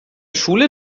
schule